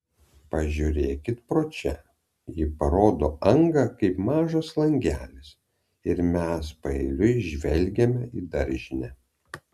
pasižiūrėkit pro čia ji parodo angą kaip mažas langelis ir mes paeiliui žvelgiame į daržinę